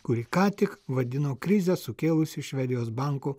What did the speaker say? kurį ką tik vadino krizę sukėlusiu švedijos bankų